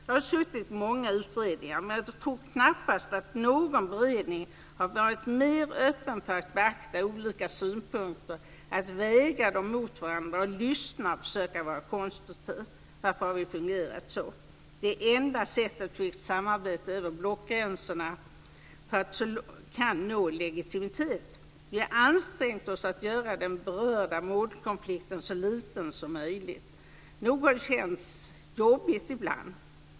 Jag har suttit i många utredningar. Men jag tror knappast att någon beredning har varit mer öppen för att beakta olika synpunkter, att väga dem mot varandra och att lyssna och försöka vara konstruktiv. Varför har vi fungerat så? Det är det enda sättet på vilket samarbete över blockgränserna kan nå legitimitet. Vi har ansträngt oss för att göra den berörda målkonflikten så liten som möjligt. Nog har det känts jobbigt ibland.